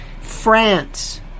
France